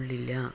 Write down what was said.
കൊള്ളില്ല